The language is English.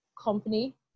company